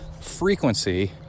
frequency